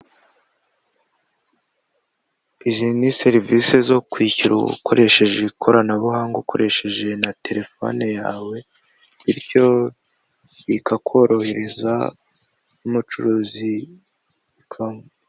Izi ni serivisi zo kwishyura ukoresheje ikoranabuhanga ukoresheje na telefone yawe bityo bikakorohereza nk'umucuruzi.